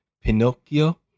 Pinocchio